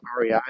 REI